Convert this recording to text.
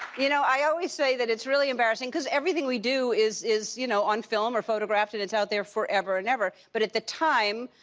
you know, i always say that it's really embarrassing because everything we do is, you know, on film or photographed and it's out there forever and ever. but, at the time,